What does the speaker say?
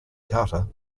carter